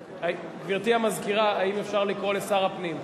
גברתי המזכירה, האם אפשר לקרוא לשר הפנים?